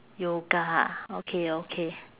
yoga ah okay okay